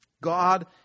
God